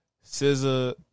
Scissor